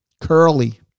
Curly